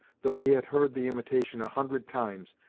though he had heard the imitation a hundred times,